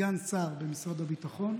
סגן שר במשרד הביטחון,